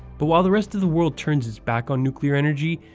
but while the rest of the world turns its back on nuclear energy,